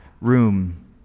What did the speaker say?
room